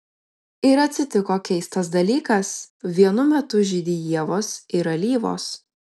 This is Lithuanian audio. ir atsitiko keistas dalykas vienu metu žydi ievos ir alyvos